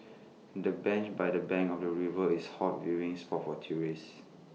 the bench by the bank of your river is hot viewing spot for tourists